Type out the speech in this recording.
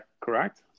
correct